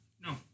No